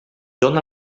dóna